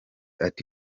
ati